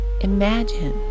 imagine